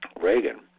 Reagan